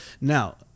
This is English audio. now